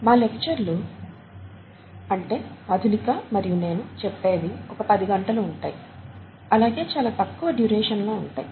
మా లెక్చర్లు అంటే మధులిక మరియు నేను చెప్పేవి ఒక పది గంటలు ఉంటాయి అలాగే చాలా తక్కువ డ్యూరేషన్ లో ఉంటాయి